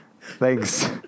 Thanks